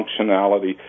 functionality